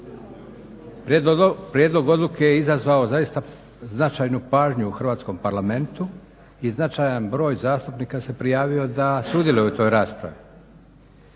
Prijedlog odluke je izazvao zaista značajnu pažnju u hrvatskom Parlamentu i značajan broj zastupnika se prijavio da sudjeluje u toj raspravi.